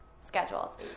schedules